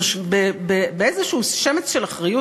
באיזה שמץ של אחריות,